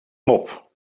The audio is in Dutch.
mop